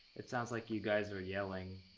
it sounds like you guys are yelling.